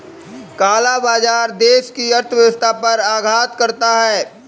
काला बाजार देश की अर्थव्यवस्था पर आघात करता है